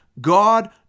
God